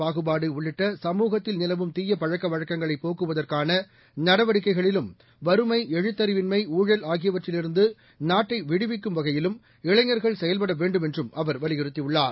பாகுபாடுஉள்ளிட்ட சாதி பாலினப் சமூகத்தில் நிலவும் தீயபழக்கவழக்கங்களைபோக்குவதற்கானநடவடிக்கைகளிலும் வறுமை எழுத்தறிவின்மை ஊழல் ஆகியவற்றிலிருந்துநாட்டைவிடுவிக்கும் வகையிலும் இளைஞர்கள் செயல்படவேண்டும் என்றும் அவர் வலியுறுத்தியுள்ளார்